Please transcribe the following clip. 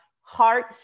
heart